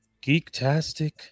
Geek-tastic